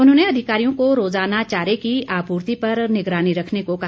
उन्होंने अधिकारियों को रोजाना चारे की आपूर्ति पर निगरानी रखने को कहा